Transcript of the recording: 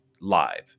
live